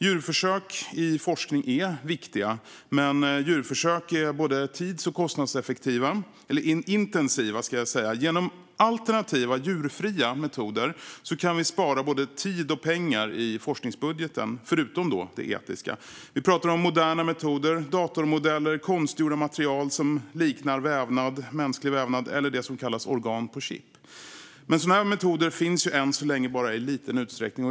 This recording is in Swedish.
Djurförsök i forskning är viktiga, men djurförsök är både tids och kostnadsintensiva. Genom alternativa, djurfria, metoder kan vi - utöver det etiska - spara både tid och pengar i forskningsbudgeten. Vi pratar om moderna metoder, datormodeller, konstgjorda material som liknar mänsklig vävnad eller det som kallas organ på chip. Men sådana här metoder finns än så länge bara i liten utsträckning.